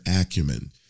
acumen